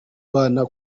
bana